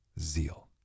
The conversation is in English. zeal